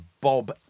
Bob